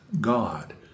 God